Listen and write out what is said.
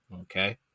Okay